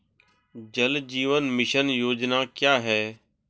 जल जीवन मिशन योजना क्या है?